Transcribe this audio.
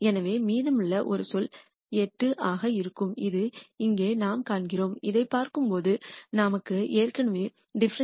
எனவே மீதமுள்ள ஒரே சொல் 8 ஆக இருக்கும் இது இங்கே நாம் காண்கிறோம் இதைப் பார்க்கும்போது நமக்கு ஏற்கனவே ∂f ∂x2 உள்ளது